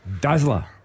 Dazzler